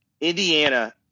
Indiana